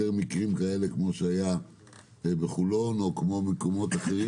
מקרים כאלה כמו שהיו בחולון או כמו במקומות אחרים.